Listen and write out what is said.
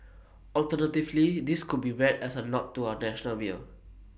alternatively this could be read as A nod to our national beer